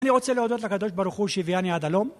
אני רוצה להודות לקדוש ברוך הוא שהביאני עד הלום